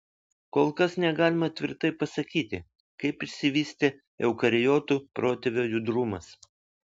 kol kas negalima tvirtai pasakyti kaip išsivystė eukariotų protėvio judrumas